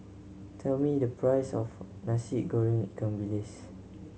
tell me the price of Nasi Goreng ikan bilis